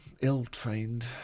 ill-trained